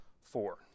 four